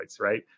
right